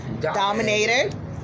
Dominator